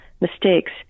mistakes